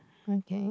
okay